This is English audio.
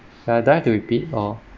do I have to repeat or